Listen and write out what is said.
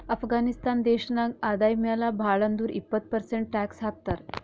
ಅಫ್ಘಾನಿಸ್ತಾನ್ ದೇಶ ನಾಗ್ ಆದಾಯ ಮ್ಯಾಲ ಭಾಳ್ ಅಂದುರ್ ಇಪ್ಪತ್ ಪರ್ಸೆಂಟ್ ಟ್ಯಾಕ್ಸ್ ಹಾಕ್ತರ್